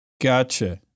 Gotcha